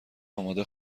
آماده